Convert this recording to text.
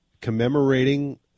commemorating